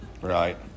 right